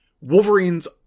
wolverine's